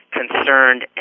concerned